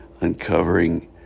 uncovering